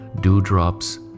dewdrops